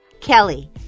Kelly